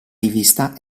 rivista